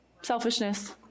selfishness